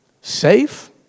safe